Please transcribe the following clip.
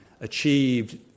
achieved